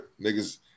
niggas